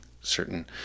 certain